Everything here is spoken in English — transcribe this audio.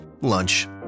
lunch